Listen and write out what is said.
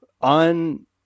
on